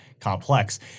complex